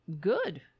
good